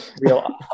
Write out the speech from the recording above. real